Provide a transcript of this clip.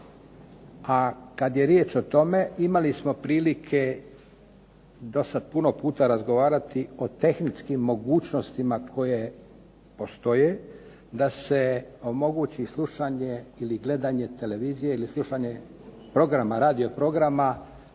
a kad je riječ o tome imali smo prilike do sad puno puta razgovarati o tehničkim mogućnostima koje postoje da se omogući slušanje ili gledanje televizije ili slušanje programa, radio programa